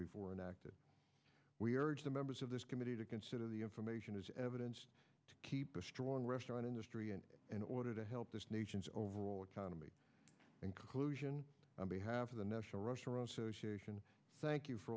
before an act that we urge the members of this committee to consider the information as evidence to keep a strong restaurant industry and in order to help the overall economy inclusion on behalf of the national restaurant association thank you for